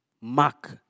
mark